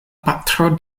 patro